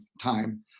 time